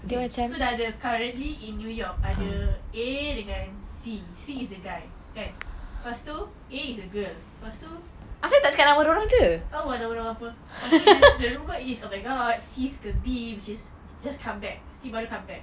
okay so dia dah berada currently in new york ada A dengan C C is the guy kan lepas itu A is a girl lepas itu tak tahu ah nama dia orang apa lepas itu the the rumour is oh my god C suka B which is just come back